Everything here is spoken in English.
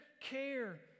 care